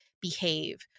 behave